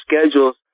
schedules